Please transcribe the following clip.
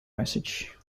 message